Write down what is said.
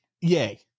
yay